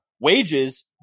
wages